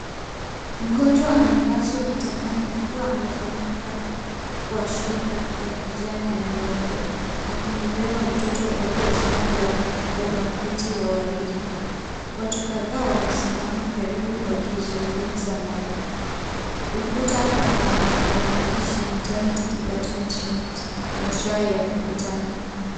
Mgonjwa amelazwa kitandani akiwa amefunikwa kwa shuka ya kijani na nyeupe akimbeba mtoto aliyezongwa kwa blanketi ya waridi. Watu kadhaa wamesimama karibu wakizungumza naye. Ukuta una maandishi Maternity Department Unit na saa ya ukutani.